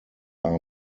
are